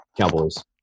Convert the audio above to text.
Cowboys